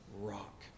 rock